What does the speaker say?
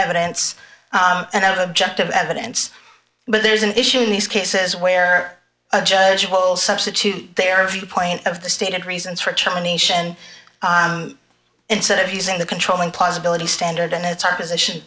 evidence and objective evidence but there is an issue in these cases where a judge will substitute their viewpoint of the stated reasons for chairman nation instead of using the controlling possibility standard and it's our position